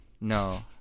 No